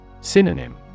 Synonym